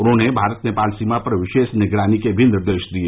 उन्होंने भारत नेपाल सीमा पर विशेष निगरानी के भी निर्देश दिए